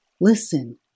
Listen